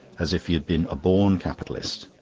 as if he had been a born capitalist,